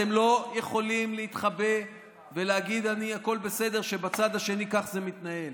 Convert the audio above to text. אתם לא יכולים להתחבא ולהגיד שהכול בסדר כשבצד השני כך זה מתנהל.